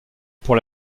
pour